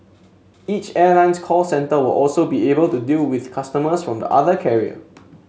each airline's call centre will also be able to deal with customers from the other carrier